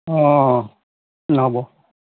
অ নহ'ব